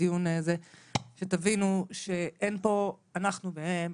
שתבינו שאין פה אנחנו והם,